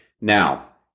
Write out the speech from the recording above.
Now